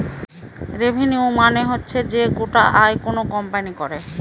revenue মানে হচ্ছে যে গোটা আয় কোনো কোম্পানি করে